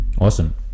awesome